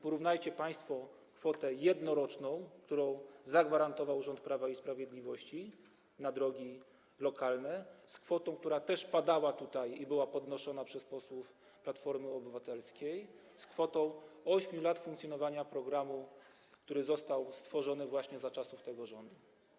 Porównajcie państwo kwotę jednoroczną, którą zagwarantował rząd Prawa i Sprawiedliwości na drogi lokalne, z kwotą, która padała tutaj, była podnoszona przez posłów Platformy Obywatelskiej, z kwotą z 8 lat funkcjonowania programu, który został stworzony za czasów tego rządu.